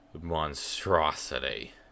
monstrosity